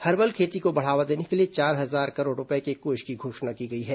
herbal खेती को बढ़ावा देने के लिए चार हजार करोड़ रूपये के कोष की घोषणा की गई है